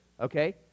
okay